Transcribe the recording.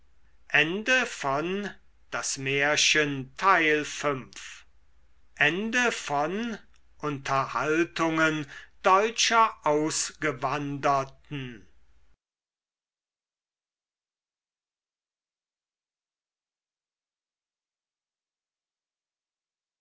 unterhaltungen deutscher ausgewanderten